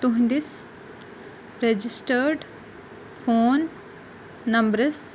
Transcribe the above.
تُہنٛدِس registered phone نمبرَس